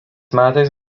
metais